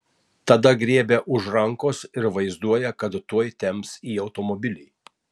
tada griebia už rankos ir vaizduoja kad tuoj temps į automobilį